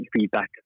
feedback